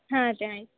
ಹಾಂ ತ್ಯಾಂಕ್ಸ್